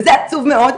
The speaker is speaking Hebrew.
וזה עצוב מאוד.